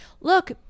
look